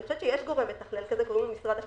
אני חושבת שיש גורם מתכלל, משרד הקליטה.